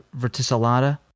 verticillata